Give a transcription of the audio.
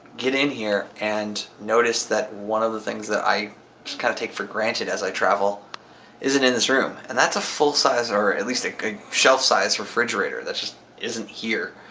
get in here and notice that one of the things that i just kinda take for granted as i travel isn't in this room. and that's a full-size, or at least a shelf-size, refrigerator. that just isn't here.